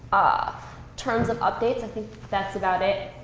ah terms of updates, i think that's about it.